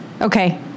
Okay